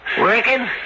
Working